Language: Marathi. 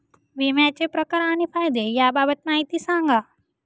विम्याचे प्रकार आणि फायदे याबाबत माहिती सांगा